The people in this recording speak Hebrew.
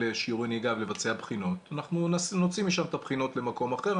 שיעורי נהיגה ולבצע בחינות אנחנו נוציא משם את הבחינות למקום אחר.